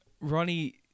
Ronnie